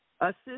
Assist